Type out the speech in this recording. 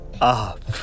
up